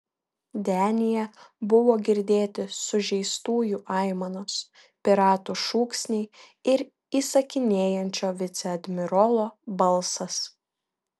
denyje buvo girdėti sužeistųjų aimanos piratų šūksniai ir įsakinėjančio viceadmirolo balsas